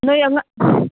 ꯅꯣꯏ